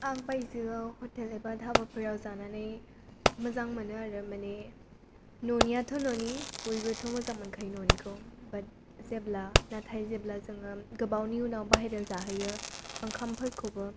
आं बायजोआव हटेल एबा धाबाफोराव जानानै मोजां मोनो आरो माने न'नियाथ' न'नि बयबोथ' मोजां मोनखायो न'निखौ बाट जेब्ला नाथाय जेब्ला जोङो गोबावनि उनाव बाहेराव जाहैयो ओंखामफोरखौबो